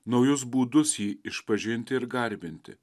naujus būdus jį išpažinti ir garbinti